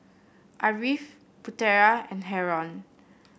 Ariff Putera and Haron